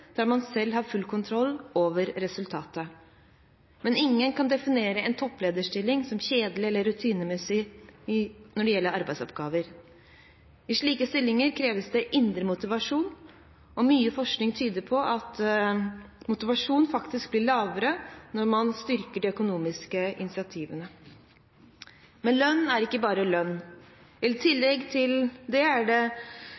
der man selv har full kontroll over resultatet, men ingen kan definere en topplederstilling som kjedelig eller rutinemessig når det gjelder arbeidsoppgaver. I slike stillinger kreves indre motivasjon, og mye forskning tyder på at motivasjonen faktisk blir lavere når man styrker de økonomiske incentivene. Lønn er ikke bare lønn. I tillegg til vanlige, månedlige overføringer til lønnskontoen til topplederne, har det